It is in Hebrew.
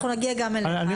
אנחנו נגיע גם אליך, אל תדאג.